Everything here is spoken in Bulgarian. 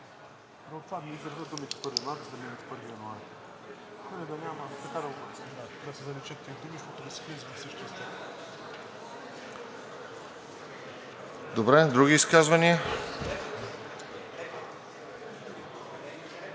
Добре. Други изказвания?